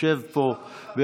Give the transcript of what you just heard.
יושב פה,